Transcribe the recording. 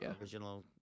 original